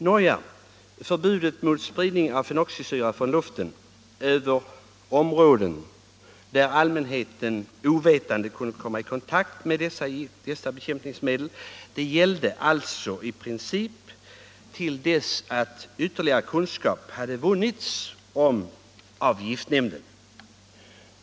Nåja, förbudet mot spridning av fenoxisyror från luften över områden, där allmänheten ovetande kunde komma i kontakt med dessa bekämpningsmedel, gällde i princip tills ytterligare kunskap hade vunnits av giftnämnden.